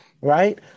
Right